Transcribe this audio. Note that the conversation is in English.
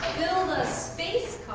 build a space